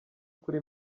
kuri